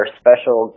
special